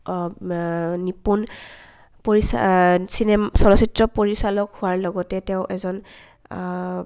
নিপুণ পৰিচা চিনেম চলচ্চিত্ৰ পৰিচালক হোৱাৰ লগতে তেওঁ এজন